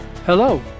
hello